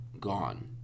gone